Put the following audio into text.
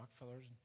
Rockefellers